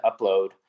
upload